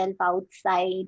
outside